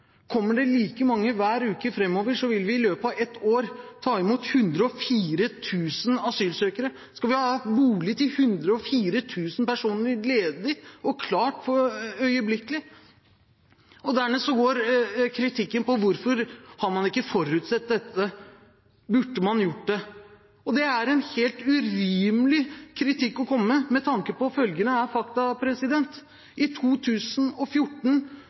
Kommer det like mange hver uke framover, vil vi i løpet av ett år ta imot 104 000 asylsøkere. Skal vi ha boliger til 104 000 personer ledige og klare øyeblikkelig? Dernest går kritikken på at man ikke har forutsett dette, og om man burde gjort det. Det er en helt urimelig kritikk å komme med med tanke på følgende fakta: I 2014